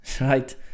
right